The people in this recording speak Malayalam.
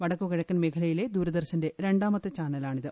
വടക്കുകിഴക്കൻ മേഖലയിലെ ദൂരദർശന്റെ രണ്ടാമത്തെ ചാനലാണിത്